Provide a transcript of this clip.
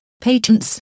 patents